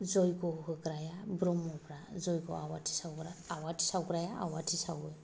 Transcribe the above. जैग' होग्राफ्रा ब्रम्हफ्रा आवाथि सावग्रा आवाथि सावग्राया आवाथि सावो